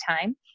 time